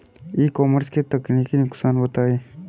E commerce के तकनीकी नुकसान बताएं?